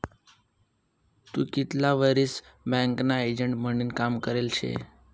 तू कितला वरीस बँकना एजंट म्हनीन काम करेल शे?